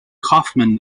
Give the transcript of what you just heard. kaufman